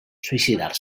suïcidar